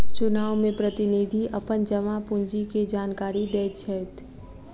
चुनाव में प्रतिनिधि अपन जमा पूंजी के जानकारी दैत छैथ